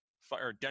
fire